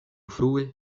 frue